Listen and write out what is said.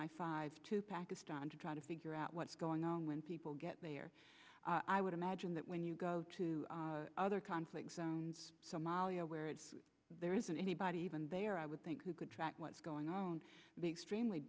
i five to pakistan to try to figure out what's going on when people get there i would imagine that when you go to other conflict zones somalia where there isn't anybody even there i would think the good track what's going on the extremely